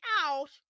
out